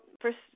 first